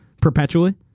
perpetually